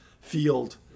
field